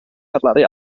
parlare